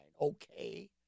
Okay